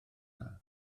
dda